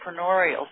entrepreneurial